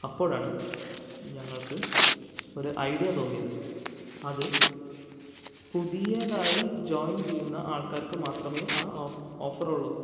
അപ്പോഴാണ് ഞങ്ങൾക്ക് ഒരു ഐഡിയ തോന്നിയത് അത് പുതിയതായി ജോയിൻ ചെയ്യുന്ന ആൾക്കാർക്ക് മാത്രമേ ആ ഓഫറുള്ളൂ